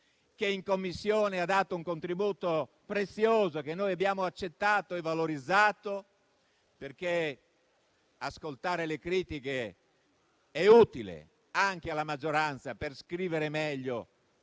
che in Commissione ha dato un contributo prezioso, che abbiamo accettato e valorizzato, perché ascoltare le critiche è utile anche alla maggioranza, per scrivere meglio